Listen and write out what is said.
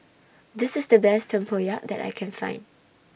This IS The Best Tempoyak that I Can Find